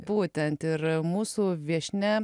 būtent ir mūsų viešnia